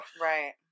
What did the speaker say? Right